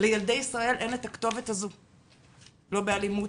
לילדי ישראל אין את הכתובת הזו לא באלימות,